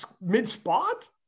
mid-spot